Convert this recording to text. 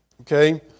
okay